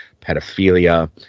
pedophilia